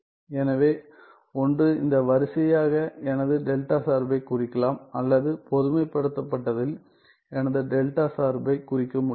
எனவே ஒன்று இந்த வரிசையாக எனது டெல்டா சார்பைக் குறிக்கலாம் அல்லது பொதுமைப்படுத்தப்பட்டதில் எனது டெல்டா சார்பைக் குறிக்க முடியும்